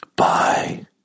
bye